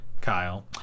Kyle